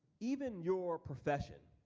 even your profession,